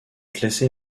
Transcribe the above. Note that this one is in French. classée